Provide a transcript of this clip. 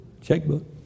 checkbook